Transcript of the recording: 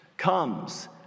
comes